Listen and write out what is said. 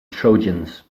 trojans